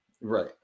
Right